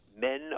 Men